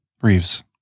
Reeves